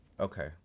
Okay